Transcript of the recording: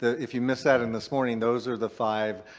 if you missed that in this morning, those are the five